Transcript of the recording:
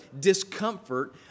discomfort